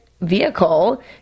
vehicle